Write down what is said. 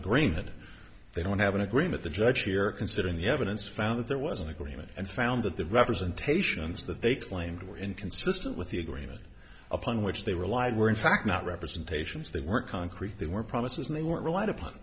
that they don't have an agreement the judge here considering the evidence found that there was an agreement and found that the representations that they claimed were inconsistent with the agreement upon which they relied were in fact not representations they weren't concrete they were promises and they weren't relied upon